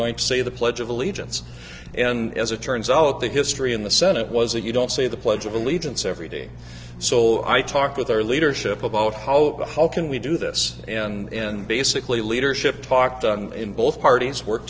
going to say the pledge of allegiance and as it turns out the history in the senate was that you don't say the pledge of allegiance every day so i talked with our leadership about how how can we do this and basically leadership talked on in both parties work